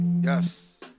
Yes